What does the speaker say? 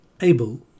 Abel